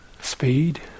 speed